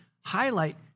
highlight